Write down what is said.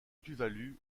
tuvalu